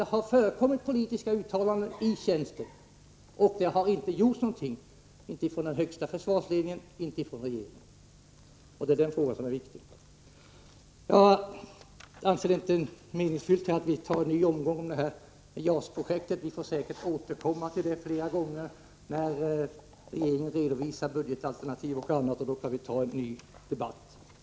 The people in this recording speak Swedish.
Det har förekommit politiska uttalanden i tjänsten, men det har inte gjorts någonting från den högsta försvarsledningen eller regeringen. Det är denna fråga som är viktig. Jag anser det inte meningsfullt att ta en ny omgång om JAS-projektet. Vi får säkert återkomma till denna fråga flera gånger när regeringen redovisar budgetalternativ. Då får vi ta en ny debatt.